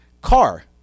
car